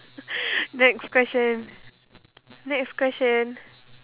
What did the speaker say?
next question next question